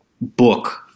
book